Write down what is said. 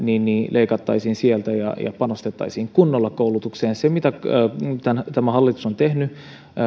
leikkaisimme sieltä ja ja panostaisimme kunnolla koulutukseen se mitä tämä hallitus on tehnyt